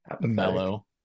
mellow